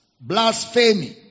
blasphemy